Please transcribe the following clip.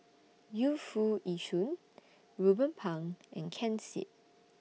Yu Foo Yee Shoon Ruben Pang and Ken Seet